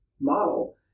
model